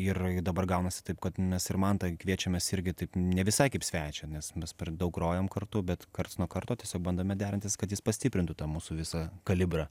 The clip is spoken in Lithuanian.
ir dabar gaunasi taip kad mes ir mantą kviečiamės irgi taip ne visai kaip svečią nes mes per daug grojam kartu bet karts nuo karto tiesiog bandome derintis kad jis pastiprintų tą mūsų visą kalibrą